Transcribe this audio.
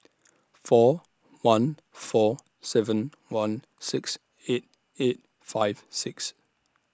four one four seven one six eight eight five six